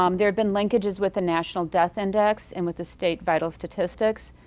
um there have been linkages with the national death index and with the state vital statistics.